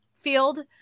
field